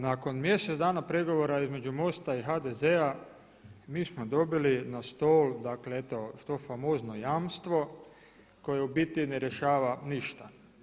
Nakon mjesec dana pregovora između MOST-a i HDZ-a mi smo dobili na stol, dakle eto to famozno jamstvo koje u biti ne rješava ništa.